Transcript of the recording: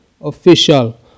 official